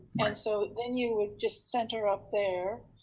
and so then you would just center up there,